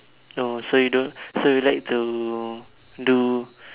no so you don't so you like to do